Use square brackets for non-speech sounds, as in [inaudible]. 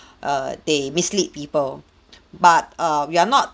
[breath] err they mislead people [breath] but err we are not